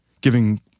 giving